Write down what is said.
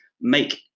make